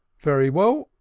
very well,